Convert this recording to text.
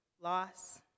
loss